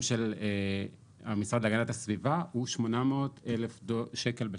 של המשרד להגנת הסביבה הוא 800,000 שקל בשנה.